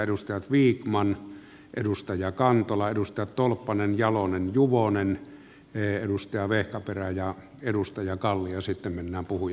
edustaja vikman edustaja kantola edustajat tolppanen jalonen juvonen edustaja vehkaperä ja edustaja kalli ja sitten mennään puhujalistaan